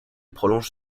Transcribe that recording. prolonge